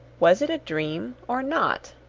was it a dream or not?